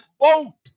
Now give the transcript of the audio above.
vote